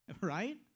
Right